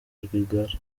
rwigara